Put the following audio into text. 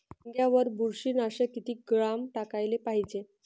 वांग्यावर बुरशी नाशक किती ग्राम टाकाले पायजे?